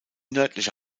nördliche